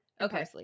Okay